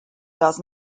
does